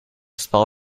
spell